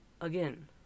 again